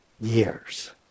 years